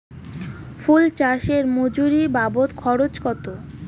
ফুল চাষে মজুরি বাবদ খরচ কত?